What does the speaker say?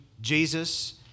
Jesus